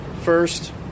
First